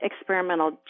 experimental